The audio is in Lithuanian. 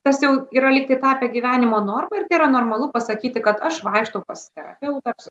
tas jau yra lyg ir tapę gyvenimo norma ir tai yra normalu pasakyti kad aš vaikštau pas terapeutą